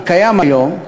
הקיים היום,